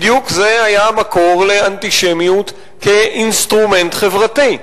בדיוק זה היה המקור לאנטישמיות כמכשיר חברתי.